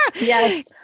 Yes